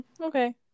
okay